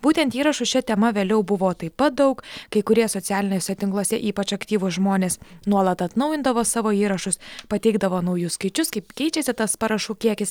būtent įrašų šia tema vėliau buvo taip pat daug kai kurie socialiniuose tinkluose ypač aktyvūs žmonės nuolat atnaujindavo savo įrašus pateikdavo naujus skaičius kaip keičiasi tas parašų kiekis